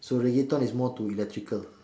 so reggaeton is more to electrical